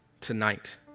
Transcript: tonight